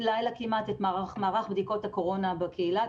לילה את מערך בדיקות הקורונה בקהילה,